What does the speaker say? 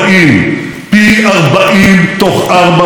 הידקנו גם את יחסינו עם רוסיה.